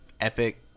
Epic